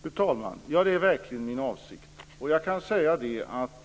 Fru talman! Ja, det är verkligen min avsikt.